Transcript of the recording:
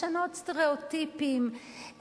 לשנות סטריאוטיפים,